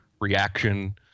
reaction